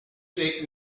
take